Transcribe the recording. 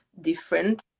different